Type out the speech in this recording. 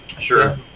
Sure